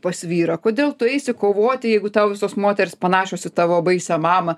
pas vyrą kodėl tu eisi kovoti jeigu tau visos moterys panašios į tavo baisią mamą